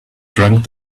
drank